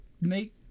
make